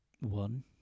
one